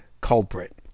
culprit